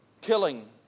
killing